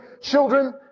children